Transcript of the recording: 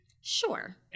Sure